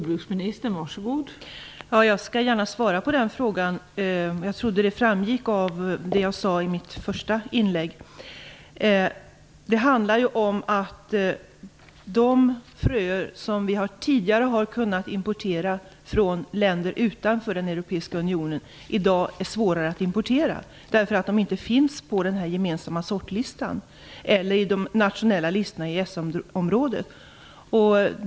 Fru talman! Jag skall gärna tala om min uppfattning. Jag trodde att den framgick av det jag sade i mitt första inlägg. De fröer som vi tidigare har kunnat importera från länder utanför den europeiska unionen är i dag svårare att importera därför att de inte finns på den gemensamma sortlistan eller i de nationella listorna i EES området.